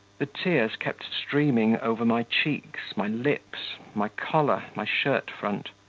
the tears kept streaming over my cheeks, my lips, my collar, my shirt-front.